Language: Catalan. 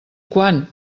quan